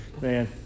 man